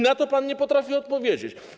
Na to pan nie potrafi odpowiedzieć.